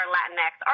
Latinx